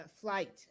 Flight